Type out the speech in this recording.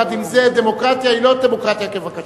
עם זה, דמוקרטיה היא לא דמוקרטיה כבקשתך.